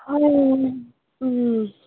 ꯐꯔꯦ ꯎꯝ